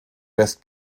west